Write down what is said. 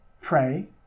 pray